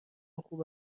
خوب